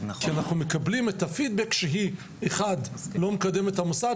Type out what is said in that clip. כי אנחנו מקבלים את הפידבק שהיא אחד לא מקדמת את המוסד.